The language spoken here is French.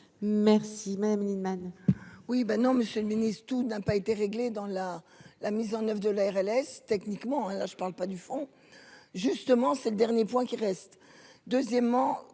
Merci Madame Lienemann.